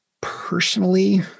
personally